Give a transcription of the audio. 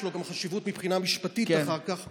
יש לו גם חשיבות מבחינה משפטית אחר כך,